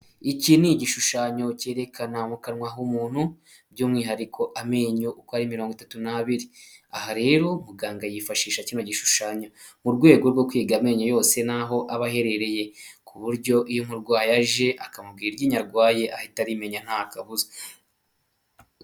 Iki ni igishushanyo cyerekana mu kanwa k'umuntu, by'umwihariko amenyo uko ari mirongo itatu n'abiri. Aha rero muganga yifashisha iki gishushanyo, mu rwego rwo kwiga amenyo yose naho aba aherereye, ku buryo iyo umurwayi aje akamubwira iryinyo arwaye ahita arimenya nta kabuza.